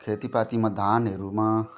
खेतीपातीमा धानहरूमा